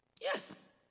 Yes